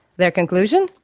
their conclusion?